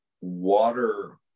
water